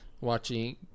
watching